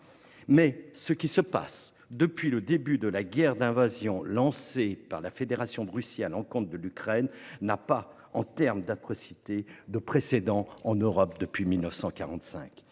ce qui se passe depuis le début de la guerre d'invasion lancée par la Fédération de Russie à l'encontre de l'Ukraine n'a pas de précédent en Europe depuis 1945.